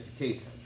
education